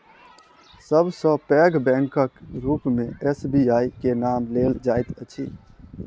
सब सॅ पैघ बैंकक रूप मे एस.बी.आई के नाम लेल जाइत अछि